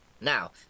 Now